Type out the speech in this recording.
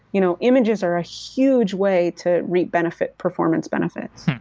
you know, images are a huge way to reap benefits, performance benefits.